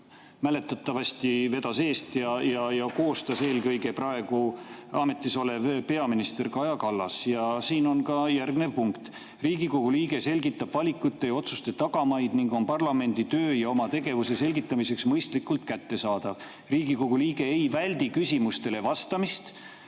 mäletatavasti vedas eest ja selle koostas eelkõige praegu ametis olev peaminister Kaja Kallas. Ja siin on ka järgmine punkt: "Riigikogu liige selgitab valikute ja otsuste tagamaid ning on parlamendi töö ja oma tegevuse selgitamiseks mõistlikult kättesaadav. Riigikogu liige ei väldi küsimustele vastamist,